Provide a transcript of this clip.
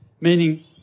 meaning